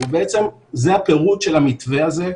שזה בעצם הפירוט של המתווה הזה,